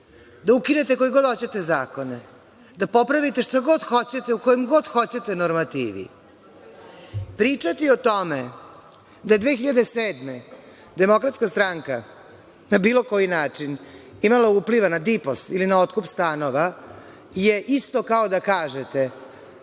da ukinete koje god hoćete zakone, da popravite šta god hoćete u kojoj god hoćete normativi. Pričati o tome da je 2007. godine DS, na bilo koji način imala upliva na DIPOS ili na otkup stanova je isto kao da kažete